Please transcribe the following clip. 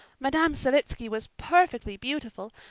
madame selitsky was perfectly beautiful,